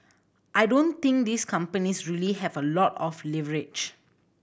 I don't think these companies really have a lot of leverage